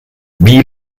wie